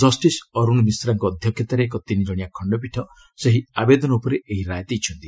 justice Arun ମିଶ୍ରାଙ୍କ ଅଧ୍ୟକ୍ଷତାରେ ଏକ ତିନିଜଣିଆ ଖଣ୍ଡପୀଠ ସେହି ଆବେଦନ ଉପରେ ଏହି ରାୟ ଦେଇଛନ୍ତି